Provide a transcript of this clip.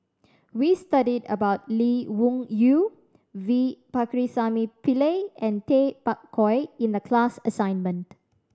we studied about Lee Wung Yew V Pakirisamy Pillai and Tay Bak Koi in the class assignment